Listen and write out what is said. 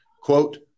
Quote